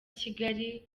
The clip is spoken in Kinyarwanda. kigali